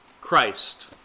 Christ